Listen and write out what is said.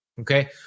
Okay